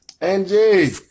Angie